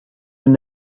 been